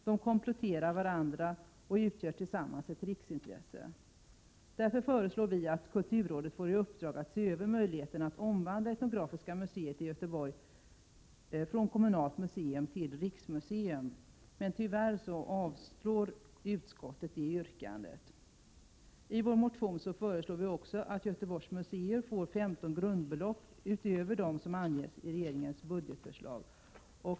De kompletterar varandra och utgör tillsammans ett riksintresse. Därför föreslår vi att kulturrådet får i uppdrag att se över möjligheterna att omvandla Etnografiska museet i Göteborg från kommunalt museum till riksmuseum. Tyvärr avstyrker utskottet det yrkandet. I motionen föreslår vi också att Göteborgs museer får 15 grundbelopp utöver dem som anges i regeringens budgetförslag.